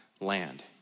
land